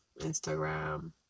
Instagram